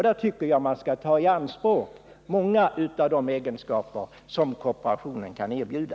Där tycker jag man skall försöka åstadkomma många av de egenskaper som kooperationen kan erbjuda.